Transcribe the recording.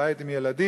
בית עם ילדים,